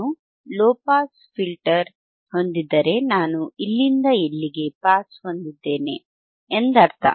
ನಾನು low pass filter ಹೊಂದಿದ್ದರೆ ನಾನು ಇಲ್ಲಿಂದ ಇಲ್ಲಿಗೆ ಪಾಸ್ ಹೊಂದಿದ್ದೇನೆ ಎಂದರ್ಥ